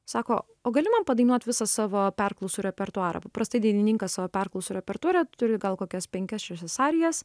sako o gali man padainuot visą savo perklausų repertuarą paprastai dainininkas savo perklausų repertuare turi gal kokias penkias šešias arijas